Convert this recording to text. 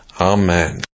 Amen